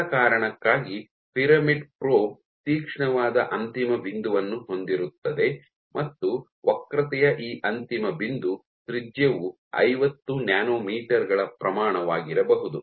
ಸರಳ ಕಾರಣಕ್ಕಾಗಿ pyramid probe ತೀಕ್ಷ್ಣವಾದ ಅಂತಿಮ ಬಿಂದುವನ್ನು ಹೊಂದಿರುತ್ತದೆ ಮತ್ತು ವಕ್ರತೆಯ ಈ ಅಂತಿಮ ಬಿಂದು ತ್ರಿಜ್ಯವು ಐವತ್ತು ನ್ಯಾನೊಮೀಟರ್ ಗಳ ಪ್ರಮಾಣವಾಗಿರಬಹುದು